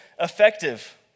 effective